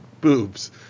boobs